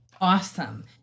awesome